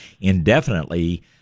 indefinitely